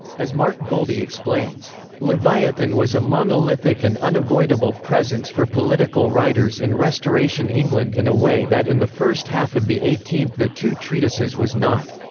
as mark goldie explains leviathan was a monolithic and unavoidable presence for political writers in restoration england in a way that in the first half of the eighteenth the two treatises was not.